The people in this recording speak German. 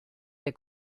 der